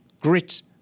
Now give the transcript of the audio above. grit